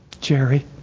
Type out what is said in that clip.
Jerry